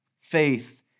faith